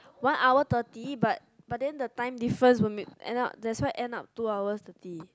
one hour thirty but but then the time different so end up this one end up two hours thirty